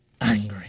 angry